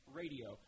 radio